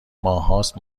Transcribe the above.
ماههاست